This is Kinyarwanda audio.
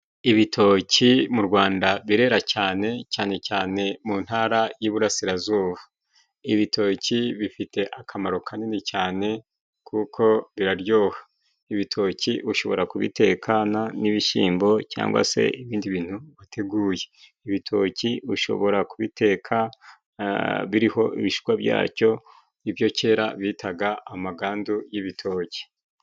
Ibitoki mu rwanda birera cyane, cyane cyane mu ntara y'iburasirazuba ibitoki bifite akamaro kanini cyane kuko biraryoha, ibitoki ushobora kubitekana n'ibishyimbo, cyangwag se ibindi bintu wateguye, ibitoki ushobora kubiteka biriho ibishishwa byabyo ibyo kera bitaga amagandu y'ibitoki.